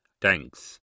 Thanks